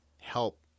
help